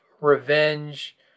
revenge